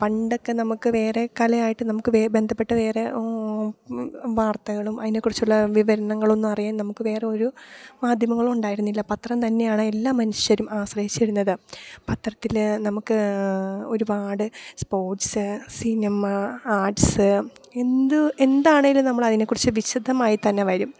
പണ്ടൊക്കെ നമുക്ക് വേറെ കലയായിട്ട് നമുക്ക് വേ ബന്ധപ്പെട്ട വേറെ വാർത്തകളും അതിനെ കുറിച്ചുള്ള വിവരണങ്ങൾ ഒന്നും അറിയാൻ നമുക്ക് വേറെ ഒരു മാധ്യമങ്ങളും ഉണ്ടായിരുന്നില്ല പത്രം തന്നെയാണ് എല്ലാ മനുഷ്യരും ആശ്രയിച്ചിരുന്നത് പത്രത്തിൽ നമുക്ക് ഒരുപാട് സ്പോർട്സ് സിനിമ ആർട്സ് എന്ത് എന്താണേലും നമ്മൾ അതിനെക്കുറിച്ച് വിശദമായി തന്നെ വരും